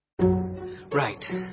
Right